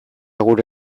gure